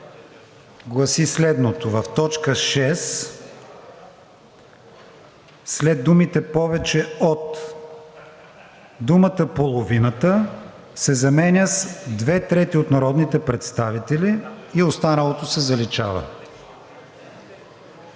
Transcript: гласи следното: „В т. 6 след думите „повече от“ думата „половината“ се заменя с „две трети от народните представители“ и останалото се заличава.“